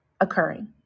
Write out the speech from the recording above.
occurring